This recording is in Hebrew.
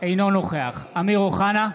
אינו נוכח אמיר אוחנה,